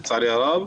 לצערי הרב,